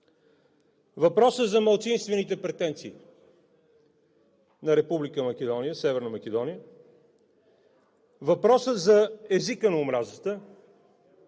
въпросът за малцинствените претенции на Република Северна Македония, въпросът за езика на омразата,